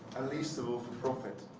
least sort of profit,